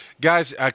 Guys